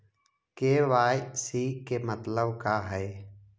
KYC के मतलब का हई?